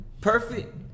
perfect